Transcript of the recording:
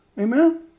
Amen